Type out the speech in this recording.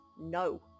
no